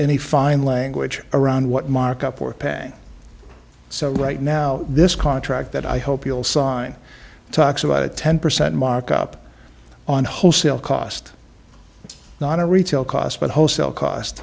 any fine language around what markup or padding so right now this contract that i hope you'll sign talks about a ten percent markup on wholesale cost it's not a retail cost but wholesale cost